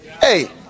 Hey